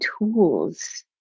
tools